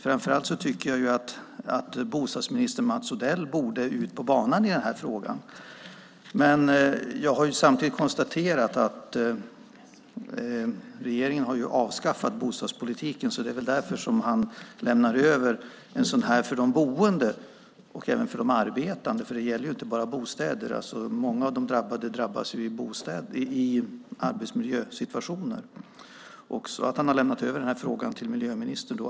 Framför allt tycker jag att bostadsminister Mats Odell borde ge sig ut på banan i denna fråga, men jag har samtidigt konstaterat att regeringen har avskaffat bostadspolitiken. Det är väl därför som Odell lämnar över en sådan här för de boende och även för de arbetande viktig fråga. För det gäller inte bara bostäder, utan många drabbas i arbetsmiljösituationer. Så Odell har lämnat över denna fråga till miljöministern.